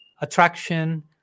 attraction